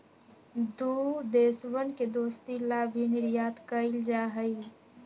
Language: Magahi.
दु देशवन के दोस्ती ला भी निर्यात कइल जाहई